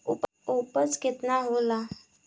उपज केतना होला?